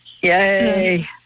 Yay